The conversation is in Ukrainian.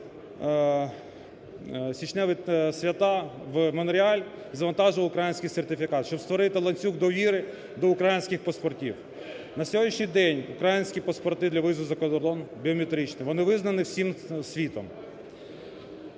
січневі свята в Монреаль, завантажував український сертифікат, щоб створити ланцюг довіри до українських паспортів. На сьогоднішній день українські паспорти для виїзду за кордон біометричні, вони визнані всім світом.